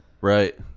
Right